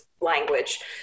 language